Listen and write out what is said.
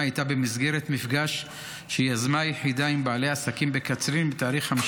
הייתה במסגרת מפגש שיזמה היחידה עם בעלי עסקים בקצרין ב-15